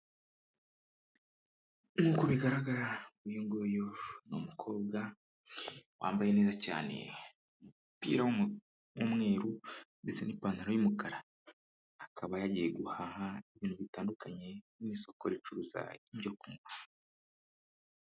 Nk'uko bigaragara, uyu nguyu ni umukobwa wambaye neza cyane umupira w' w'umweru ndetse n'ipantaro y'umukara, akaba yagiye guhaha ibintu bitandukanye n'isoko ricuruza ibyo kunywa.